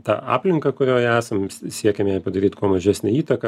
ta aplinka kurioje esam siekiam jai padaryt kuo mažesnę įtaką